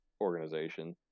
organization